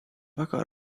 väga